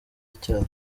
icyaha